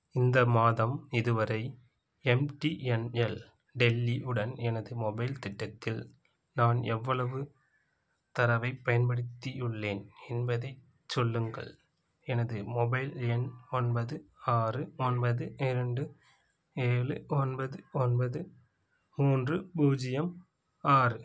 இந்த மாதம் இதுவரை எம்டிஎன்எல் டெல்லி உடன் எனது மொபைல் திட்டத்தில் நான் எவ்வளவு தரவை பயன்படுத்தியுள்ளேன் என்பதைச் சொல்லுங்கள் எனது மொபைல் எண் ஒன்பது ஆறு ஒன்பது இரண்டு ஏழு ஒன்பது ஒன்பது மூன்று பூஜ்ஜியம் ஆறு